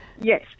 Yes